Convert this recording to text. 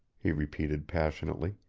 he repeated, passionately.